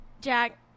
Jack